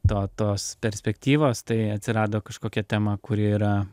perspektyvos tai atsirado kažkokia tema kuri yra